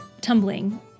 tumbling